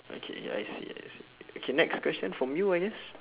okay I see I see okay next question from you I guess